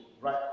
right